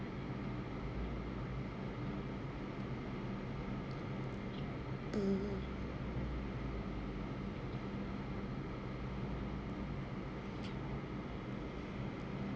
uh